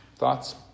Thoughts